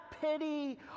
pity